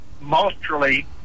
mostly